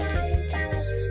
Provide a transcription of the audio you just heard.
distance